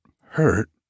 hurt